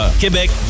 Québec